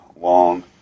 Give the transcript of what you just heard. long